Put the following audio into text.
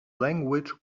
language